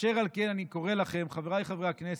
אשר על כן, אני קורא לכם, חבריי חברי הכנסת,